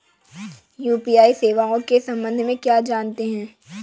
UPI सेवाओं के संबंध में क्या जानते हैं?